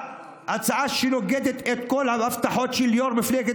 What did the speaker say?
זו הצעה שנוגדת את כל ההבטחות של יו"ר מפלגת